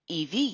EV